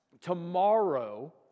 Tomorrow